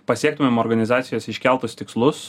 pasiektumėm organizacijos iškeltus tikslus